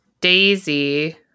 Daisy